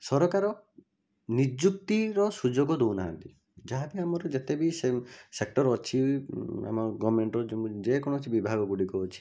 ସରକାର ନିଯୁକ୍ତିର ସୁଯୋଗ ଦେଉନାହାଁନ୍ତି ଯାହା କି ଆମର ଯେତେବି ସେ ସେକ୍ଟର ଅଛି ଆମ ଗଭର୍ଣ୍ଣମେଣ୍ଟ୍ର ଯେକୌଣସି ବିଭାଗ ଗୁଡ଼ିକ ଅଛି